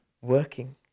working